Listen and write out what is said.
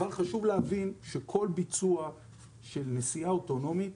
אבל חשוב להבין, שכל ביצוע של נסיעה אוטונומית,